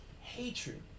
hatred